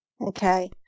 Okay